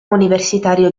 universitario